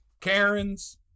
Karen's